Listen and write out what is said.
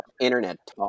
internet